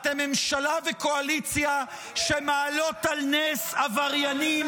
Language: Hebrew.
אתם ממשלה וקואליציה שמעלות על נס עבריינים.